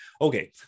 Okay